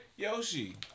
Yoshi